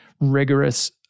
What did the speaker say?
rigorous